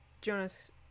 jonas